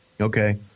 Okay